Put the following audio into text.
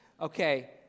okay